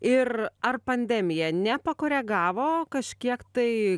ir ar pandemija nepakoregavo kažkiek tai